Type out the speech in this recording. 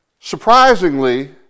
Surprisingly